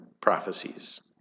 prophecies